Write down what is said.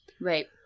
Right